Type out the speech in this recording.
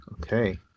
okay